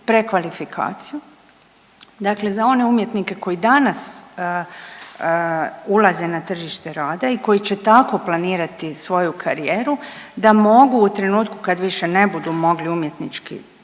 prekvalifikaciju, dakle za one umjetnike koji danas ulaze na tržište rada i koji će tako planirati svoju karijeru da mogu u trenutku kad više ne budu mogli umjetnički